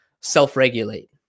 self-regulate